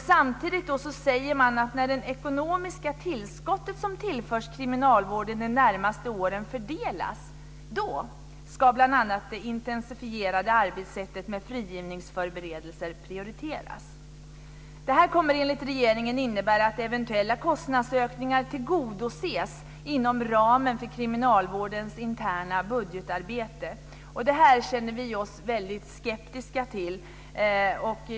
Samtidigt säger man att när det ekonomiska tillskott som tillförs kriminalvården de närmaste åren fördelas, då ska bl.a. det intensifierade arbetssättet med frigivningsförberedelser prioriteras. Det här kommer enligt regeringen att innebära att eventuella kostnadsökningar tillgodoses inom ramen för kriminalvårdens interna budgetarbete. Det känner vi oss väldigt skeptiska till.